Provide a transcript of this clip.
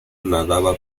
nadaba